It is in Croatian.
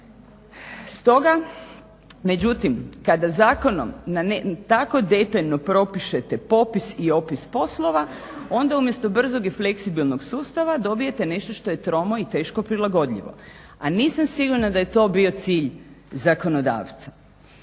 Stoga međutim kada zakonom tako detaljno propišete popis i opis poslova onda umjesto brzog i fleksibilnog sustava dobijete nešto što je tromo i teško prilagodljivo, a nisam sigurna da je to bio cilj zakonodavca.